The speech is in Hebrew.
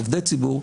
עובדי ציבור,